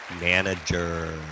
manager